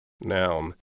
Noun